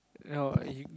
ya what you